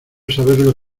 saberlo